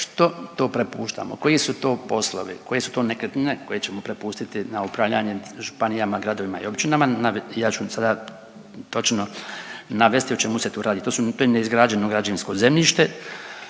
što to prepuštamo, koji su to poslovi, koje su to nekretnine koje ćemo prepustiti na upravljanje županijama, gradovima i općinama. Ja ću sada točno navesti o čemu se tu radi. To je neizgrađeno građevinsko zemljište,